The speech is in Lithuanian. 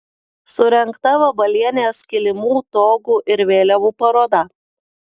surengta vabalienės kilimų togų ir vėliavų paroda